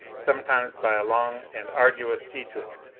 sometimes by a long and arduous detour.